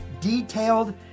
detailed